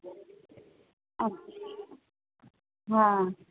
अच्छा हा